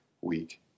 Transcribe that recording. week